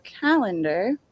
calendar